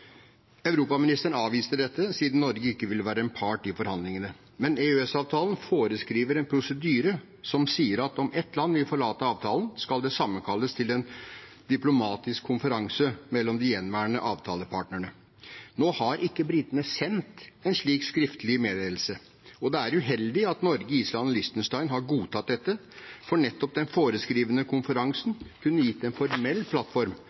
europaministeren avviste dette, siden Norge ikke ville være en part i forhandlingene. Men EØS-avtalen foreskriver en prosedyre som sier at om ett land vil forlate avtalen, skal det sammenkalles til en diplomatisk konferanse mellom de gjenværende avtalepartene. Nå har ikke britene sendt en slik skriftlig meddelelse, og det er uheldig at Norge, Island og Liechtenstein har godtatt dette, for nettopp den foreskrevne konferansen kunne gitt en formell plattform